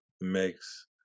makes